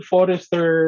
Forester